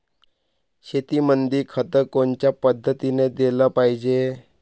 शेतीमंदी खत कोनच्या पद्धतीने देलं पाहिजे?